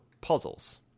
puzzles